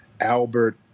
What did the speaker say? Albert